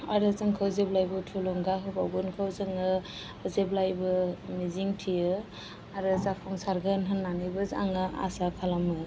आरो जोंखौ जेब्लाबो थुलुंगा होबावगोनखौ जोङो जेब्लाबो मिजिं थियो आरो जाफुंसारगोन होनानैबो आङो आसा खालामो